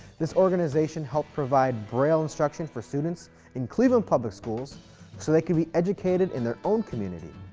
this organization helped provide braille instructions for students in cleveland public schools so they could be educated in their own community.